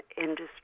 industry